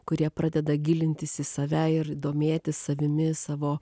kurie pradeda gilintis į save ir domėtis savimi savo